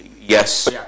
Yes